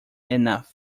enough